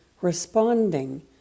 responding